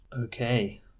Okay